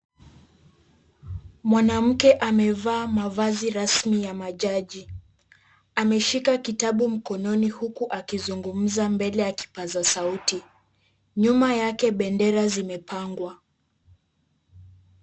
Mwanamke amevaa mavazi rasmi ya majaji. Ameshika kitabu mkononi huku akizungumza mbele ya kipaza sauti. Nyuma yake bendera zimepangwa.